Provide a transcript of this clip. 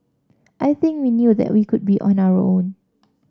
I think we knew that we could be on our own